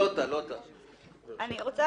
אני רוצה